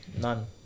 None